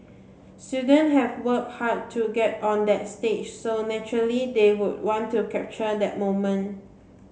students have worked hard to get on that stage so naturally they would want to capture that moment